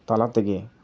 ᱛᱟᱞᱟ ᱛᱮᱜᱮ